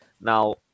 Now